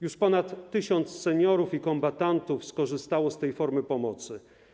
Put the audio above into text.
Już ponad 1 tys. seniorów i kombatantów skorzystało z tej formy pomocy.